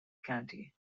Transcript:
county